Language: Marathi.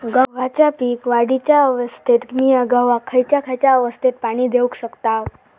गव्हाच्या पीक वाढीच्या अवस्थेत मिया गव्हाक खैयचा खैयचा अवस्थेत पाणी देउक शकताव?